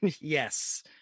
yes